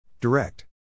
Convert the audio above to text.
Direct